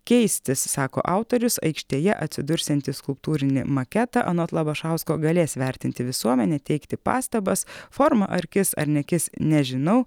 keistis sako autorius aikštėje atsidursiantį skulptūrinį maketą anot labašausko galės vertinti visuomenė teikti pastabas forma ar kis ar nekis nežinau